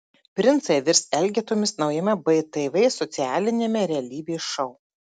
princai virs elgetomis naujame btv socialiniame realybės šou